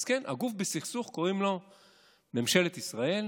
אז כן, לגוף בסכסוך קוראים "ממשלת ישראל",